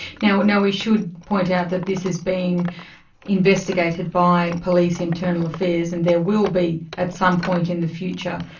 now now we should point out that this is being investigated by police internal affairs and there will be, at some point in the future,